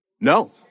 No